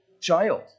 child